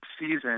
season